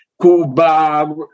Cuba